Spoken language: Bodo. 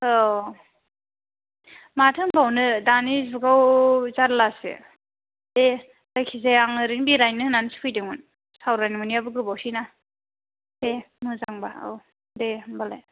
औ माथो होनबावनो दानि जुगाव जारलासो दे जायखिजाया आं ओरैनो बेरायनो होननासो फैदोंमोन सावरायनो मोनिआबो गोबावसै ना दे मोजांबा औ दे होमबालाय